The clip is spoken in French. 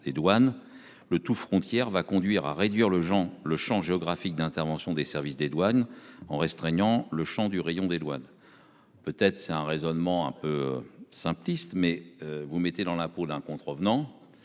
des douanes, le tout frontières va conduire à réduire le Jean le Champ géographique d'intervention des services des douanes en restreignant le Champ du rayon des douanes. Peut être, c'est un raisonnement un peu simpliste mais vous mettez dans la peau d'un contrevenant.